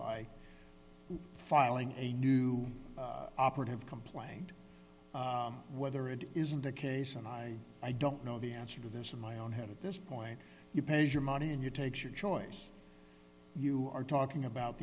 by filing a new operative complaint whether it isn't the case and i i don't know the answer to this in my own head at this point you pays your money and you takes your choice you are talking about